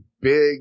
big